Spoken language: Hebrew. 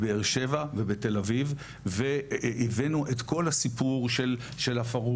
בבאר שבע ובתל אביב והבאנו את כל הסיפור של הפרהוד,